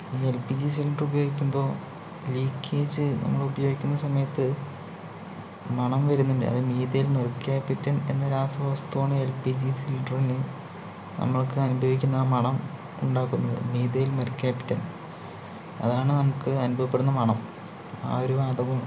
LPG cylinder ഉപയോഗിക്കുമ്പോ leakage നമ്മളുപയോഗിക്കുന്ന സമയത്ത് മണം വരുന്നുണ്ടേൽ അതായത് മീഥേൽ മെർക്യാപിറ്റൻ എന്ന രാസ വസ്തുവാണ് എൽപിജി സിലിണ്ടറിന് നമ്മൾക്ക് അനുഭവിക്കുന്ന ആ മണം ഉണ്ടാക്കുന്നത് മീഥേൽ മെർക്യാപിറ്റൻ അതാണ് നമുക്ക് അനുഭവപ്പെടുന്ന മണം ആ ഒരു വാതകമാണ്